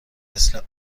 مثل